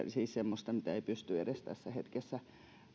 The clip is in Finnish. siis semmoista mitä ei pysty edes tässä hetkessä